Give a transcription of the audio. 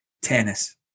tennis